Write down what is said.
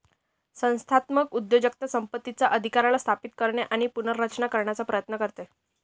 संस्थात्मक उद्योजकता संपत्तीचा अधिकाराला स्थापित करणे आणि पुनर्रचना करण्याचा प्रयत्न करते